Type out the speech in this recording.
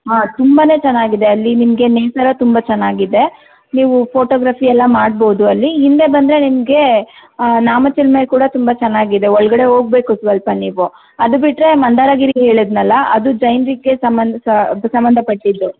ಹಾಂ ತುಂಬ ಚೆನ್ನಾಗಿದೆ ಅಲ್ಲಿ ನಿಮಗೆ ನೇಸರ ತುಂಬ ಚೆನ್ನಾಗಿದೆ ನೀವು ಫೋಟೋಗ್ರಫಿ ಎಲ್ಲ ಮಾಡ್ಬೋದು ಅಲ್ಲಿ ಹಿಂದೆ ಬಂದರೆ ನಿಮಗೆ ನಾಮ ಚಿಲುಮೆ ಕೂಡ ತುಂಬ ಚೆನ್ನಾಗಿದೆ ಒಳಗಡೆ ಹೋಗ್ಬೇಕು ಸ್ವಲ್ಪ ನೀವು ಅದು ಬಿಟ್ಟರೆ ಮಂದಾರ ಗಿರಿ ಹೇಳಿದ್ದೆನಲ್ಲ ಅದು ಜೈನರಿಗೆ ಸಂಬಂಧಿಸಿ ಸಂಬಂಧಪಟ್ಟಿದ್ದು